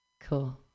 Cool